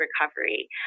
recovery